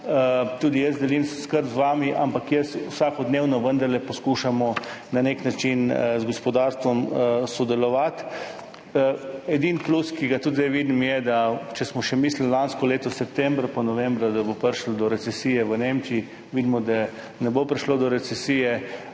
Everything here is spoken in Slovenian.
tudi jaz delim skrb z vami, ampak vsakodnevno vendarle poskušamo na nek način z gospodarstvom sodelovati. Edini plus, ki ga tudi zdaj vidim, je, da če smo lansko leto septembra pa novembra še mislili, da bo prišlo do recesije v Nemčiji, vidimo, da ne bo prišlo do recesije.